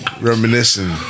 Reminiscing